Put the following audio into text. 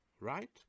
right